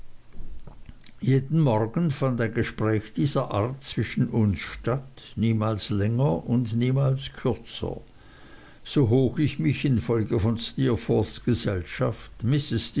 jeden morgen fand ein gespräch dieser art zwischen uns statt niemals länger und niemals kürzer so hoch ich mich infolge von steerforths gesellschaft